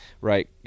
right